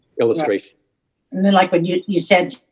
it was great i mean like when you you said,